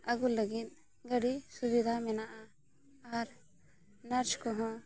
ᱟᱹᱜᱩ ᱞᱟᱹᱜᱤᱫ ᱜᱟᱹᱰᱤ ᱥᱩᱵᱤᱫᱷᱟ ᱢᱮᱱᱟᱜᱼᱟ ᱟᱨ ᱱᱟᱨᱥ ᱠᱚᱦᱚᱸ